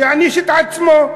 שיעניש את עצמו.